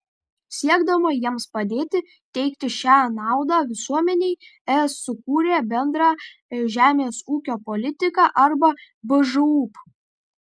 siekdama jiems padėti teikti šią naudą visuomenei es sukūrė bendrą žemės ūkio politiką arba bžūp